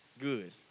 Good